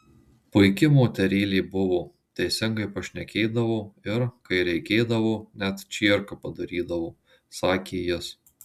puiki moterėlė buvo teisingai pašnekėdavo ir kai reikėdavo net čierką padarydavo sakė jis